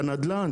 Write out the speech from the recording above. והנדל"ן,